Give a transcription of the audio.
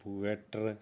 water